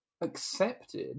accepted